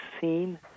seen